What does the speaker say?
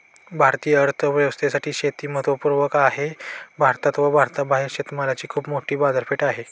भारतीय अर्थव्यवस्थेसाठी शेती महत्वपूर्ण आहे कारण भारतात व भारताबाहेर शेतमालाची खूप मोठी बाजारपेठ आहे